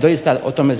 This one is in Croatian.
doista o tome